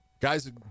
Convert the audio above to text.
guys